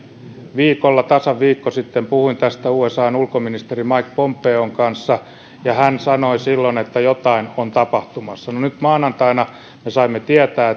viikolla tasan viikko sitten puhuin tästä usan ulkoministerin mike pompeon kanssa ja hän sanoi silloin että jotain on tapahtumassa no nyt maanantaina me saimme tietää